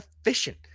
efficient